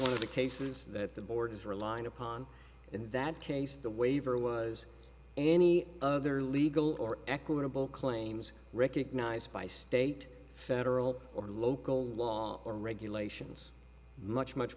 one of the cases that the board is relying upon in that case the waiver was any other legal or equitable claims recognized by state federal or local law or regulations much much